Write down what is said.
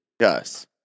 Yes